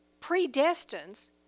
predestines